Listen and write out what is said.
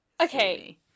okay